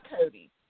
Cody